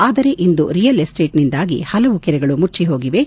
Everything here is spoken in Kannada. ಆದರೆ ಇಂದು ರಿಯಲ್ ಎಸ್ಸೇಟ್ನಿಂದಾಗಿ ಹಲವು ಕೆರೆಗಳು ಮುಚ್ಚಿ ಹೋಗಿವೆ